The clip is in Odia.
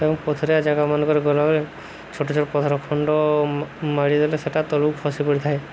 ଏବଂ ପଥୁରିଆ ଜାଗାମାନଙ୍କରେ ଗଲାବେଳେ ଛୋଟ ଛୋଟ ପଥର ଖଣ୍ଡ ମାଡ଼ିଦେଲେ ସେଇଟା ତଳକୁ ଖସି ପଡ଼ିଥାଏ